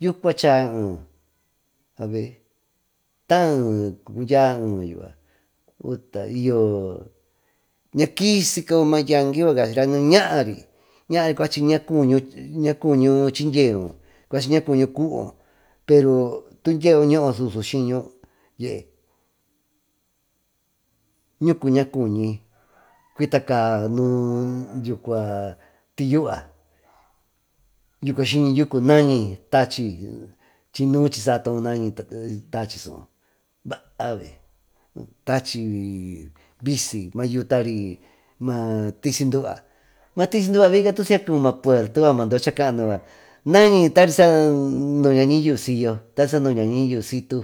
yucua chaayo ee avi taaee cundya ee y cua ñakisy coyo maa yangui yucua ñari cachira ñaari cueña cuñi chindyeu cuachy ña cuñu kuvopero tuu ñoo susu skiñu ñucu ñacuñy cuitacaa ñuu tiyua nañi tachi chinu chiysato suu baa tachy bisy mayuvi tari maa duva viyca tu sicacubo maa puerto yucua maa duva yucha caañu nañi tari saandyia yuu siyo tary saa nuñayo yuu siyyo.